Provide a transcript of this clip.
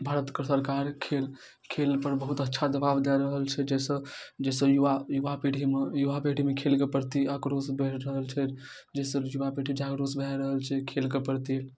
भारत कऽ सरकार खेल खेल पर बहुत अच्छा दबाब दै रहल छै जाहिसँ जाहिसँ युवा युवा पीढ़ीमे युवा पीढ़ीमे खेलके प्रति आक्रोश बढ़ि रहल छै जाहिसँ युवा पीढ़ी जागरूक भए रहल छै खेल कऽ प्रति